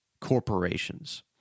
corporations